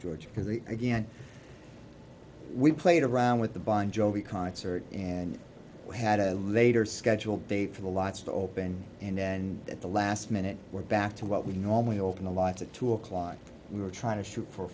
because again we played around with the bon jovi concert and we had a later scheduled date for the lots to open and then at the last minute we're back to what we normally open a lot to two o'clock we were trying to shoot for